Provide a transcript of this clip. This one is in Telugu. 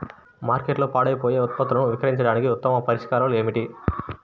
మార్కెట్లో పాడైపోయే ఉత్పత్తులను విక్రయించడానికి ఉత్తమ పరిష్కారాలు ఏమిటి?